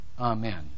Amen